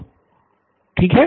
नितिन ठीक है